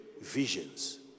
visions